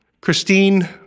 Christine